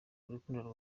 urukundo